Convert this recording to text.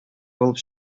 булып